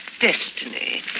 Destiny